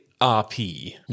RP